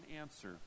answer